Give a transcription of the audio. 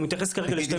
הוא מתייחס כרגע ל-12.